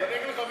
אגיד לך,